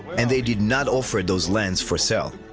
and they did not offer those lands for sale.